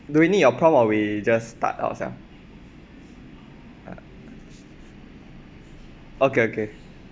do we need a prompt or we just start ourselves okay okay